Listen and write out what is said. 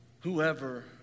Whoever